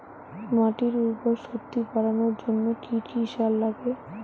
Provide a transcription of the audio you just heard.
মাটির উর্বর শক্তি বাড়ানোর জন্য কি কি সার লাগে?